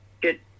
good